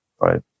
right